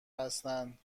هستند